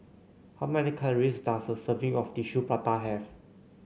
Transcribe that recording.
how many calories does a serving of Tissue Prata have